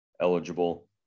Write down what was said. eligible